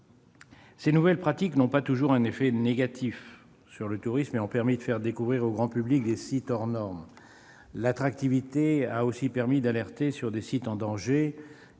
Ces nouvelles pratiques n'ont pas toujours un effet négatif sur le tourisme et ont permis de faire découvrir au grand public des sites hors normes. L'attractivité a aussi permis d'alerter sur des sites en danger